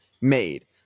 made